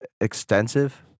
extensive